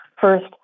First